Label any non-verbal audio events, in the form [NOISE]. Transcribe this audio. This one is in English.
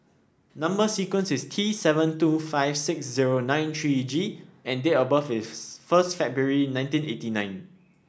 number sequence is T seven two five six zero nine three G and date of birth [UNINTELLIGIBLE] first February nineteen eighty nine